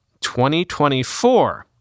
2024